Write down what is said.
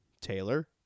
Taylor